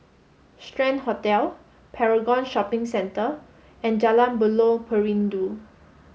Strand Hotel Paragon Shopping Centre and Jalan Buloh Perindu